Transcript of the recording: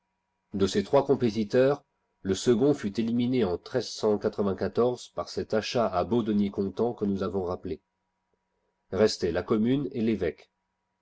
de ces trois compétiteurs le second fut éliminé en par cet achat à beaux deniers comptants que nous avons rappelé restaient la commune et l'évéque